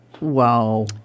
Wow